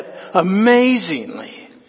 amazingly